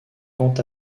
quant